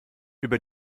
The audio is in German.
über